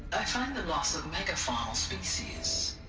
i find the loss of megafaunal species.